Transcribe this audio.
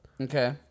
Okay